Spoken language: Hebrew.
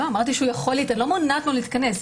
אני לא מונעת ממנו להתכנס.